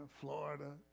Florida